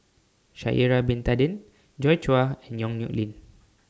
Sha'Ari Bin Tadin Joi Chua and Yong Nyuk Lin